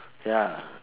ya